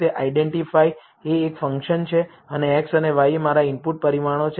તો આઈડેન્ટિફાય એ એક ફંક્શન છે અને x અને y એ મારા ઇનપુટ પરિમાણો છે